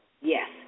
Yes